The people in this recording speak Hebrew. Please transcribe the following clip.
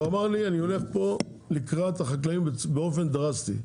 הוא אמר לי שהוא הולך לקראת החקלאים באופן דרסטי.